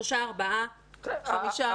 שלושה, ארבעה, חמישה.